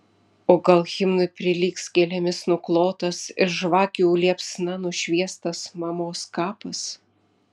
o gal himnui prilygs gėlėmis nuklotas ir žvakių liepsna nušviestas mamos kapas